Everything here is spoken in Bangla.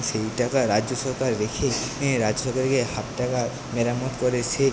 সেই টাকা রাজ্য সরকার রেখে রাজ্য সরকারকে হাফ টাকা মেরামত করে সে